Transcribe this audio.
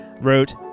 wrote